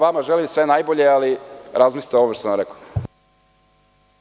Vama želim sve najbolje, ali razmislite o ovome što sam vam rekao.